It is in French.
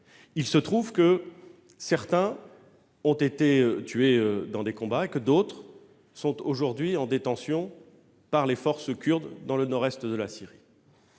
eu des enfants. Certains ont été tués dans les combats, d'autres sont aujourd'hui détenus par les forces kurdes dans le nord-est de la Syrie.